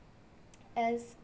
as